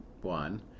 one